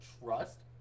trust